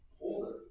older